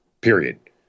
period